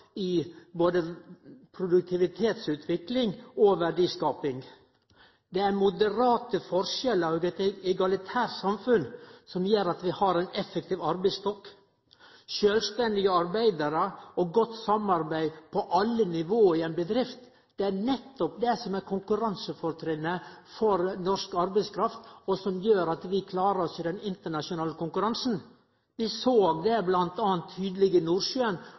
gjeld både produktivitetsutvikling og verdiskaping. Det er moderate forskjellar og eit egalitært samfunn som gjer at vi har ein effektiv arbeidsstokk, sjølvstendige arbeidarar og godt samarbeid på alle nivå i ei bedrift. Det er nettopp det som er konkurransefortrinnet for norsk arbeidskraft, og som gjer at vi klarer oss i den internasjonale konkurransen. Vi såg det bl.a. tydeleg i Nordsjøen,